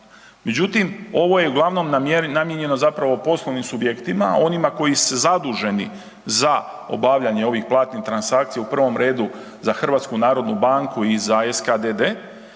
međutim, ovo je uglavnom namijenjeno zapravo poslovnim subjektima, onima koji su zaduženi za obavljanje ovih platnih transakcija, u prvom redu za HNB i za SKDD,